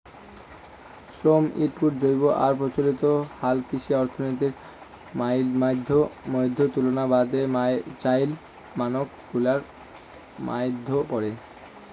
শ্রম ইনপুট জৈব আর প্রচলিত হালকৃষি অর্থনীতির মইধ্যে তুলনার বাদে চইল মানক গুলার মইধ্যে পরে